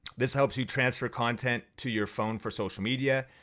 this helps you transfer content to your phone for social media,